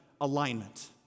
alignment